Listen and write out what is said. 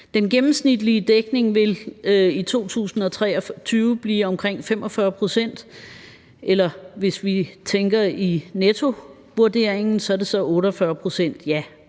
Den gennemsnitlige dækning vil i 2023 være omkring 45 pct., eller hvis vi tænker i nettovurdering, er det 48 pct.